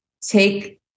take